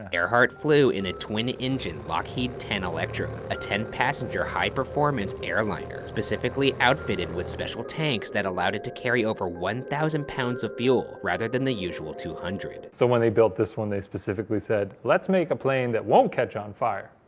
earhart flew in a twin engine lockheed ten electra, a ten passenger high performance airliner, specifically outfitted with special tanks that allowed it to carry over one thousand pounds of fuel, rather than the usual two hundred. so when they built this one, they specifically said, let's make a plane that won't catch on fire.